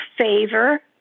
Favor